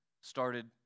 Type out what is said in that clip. started